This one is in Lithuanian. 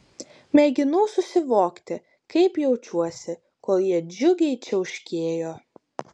mėginau susivokti kaip jaučiuosi kol jie džiugiai čiauškėjo